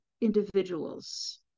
individuals